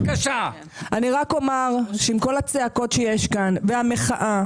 רק אומר שעם כל הצעקות שיש פה והמחאה